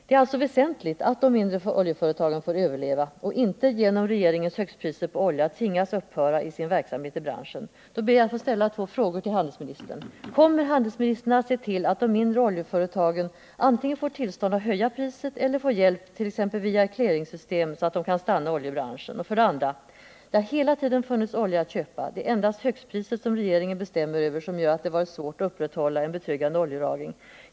Det är alltså väsentligt att de mindre oljeföretagen får överleva och inte, genom regeringens högstpriser på olja, tvingas upphöra med sin verksamhet i branschen. 1. Kommer handelsministern att se till att de mindre oljeföretagen antingen får tillstånd att höja priset eller också får hjälp, t.ex. via ett clearingsystem, så att de kan stanna i oljebranschen? 2. Det har hela tiden funnits olja att köpa. Det är endast högstpriset som regeringen bestämmer över som har gjort att det varit svårt att upprätthålla en betryggande oljelagring.